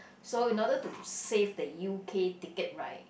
so in order to save the U_K ticket right